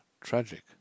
tragic